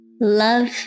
love